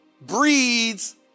breeds